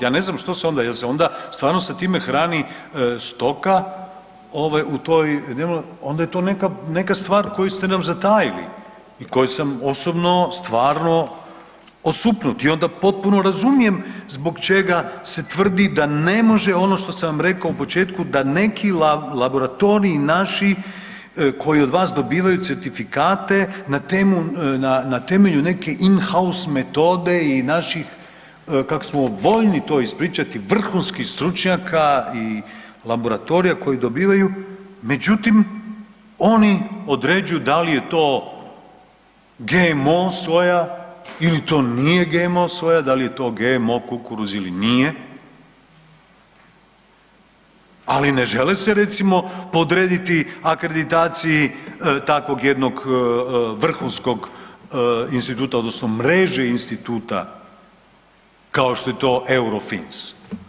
Ja ne znam što se onda, jel se onda stvarno sa time hrani stoka ovaj u toj … [[Govornik se ne razumije]] onda je to neka, neka stvar koju ste nam zatajili i kojom sam osobno stvarno osupnut i onda potpuno razumijem zbog čega se tvrdi da ne može ono što sam vam rekao u početku da neki laboratoriji naši koji od vas dobivaju certifikate na temelju neke inhaus metode i naših, kako smo voljni to ispričati, vrhunskih stručnjaka i laboratorija koji dobivaju, međutim oni određuju da li je to GMO soja ili to nije GMO soja, dal je to GMO kukuruz ili nije, ali ne žele se recimo podrediti akreditaciji takvog jednog vrhunskog instituta odnosno mreži instituta kao što je to Eurofins.